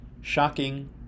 shocking